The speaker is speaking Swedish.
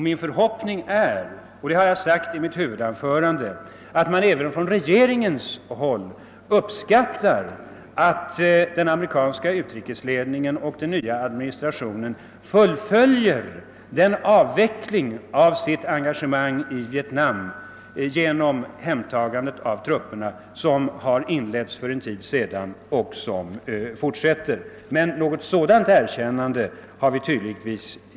Min förhoppning är — jag har sagt det i mitt huvudanförande — att man även från regeringens sida uppskattar att den amerikanska utrikesledningen och den nya administrationen fullföljer den avveckling av sitt engagemang i Vietnam, som inletts för en tid sedan och som även fortsätter genom ett hemtagande av trupperna.